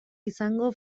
izango